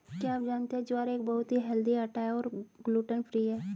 क्या आप जानते है ज्वार एक बहुत ही हेल्दी आटा है और ग्लूटन फ्री है?